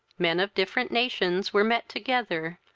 men of different nations were met together,